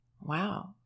wow